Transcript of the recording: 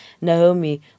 Naomi